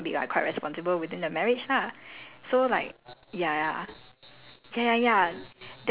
and like you know help her help her when she's lost right then he's probably gonna be like quite responsible within the marriage lah